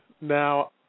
Now